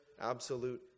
absolute